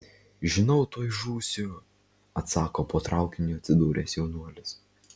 žinau tuoj žūsiu atsako po traukiniu atsidūręs jaunuolis